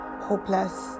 hopeless